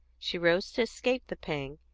she rose to escape the pang,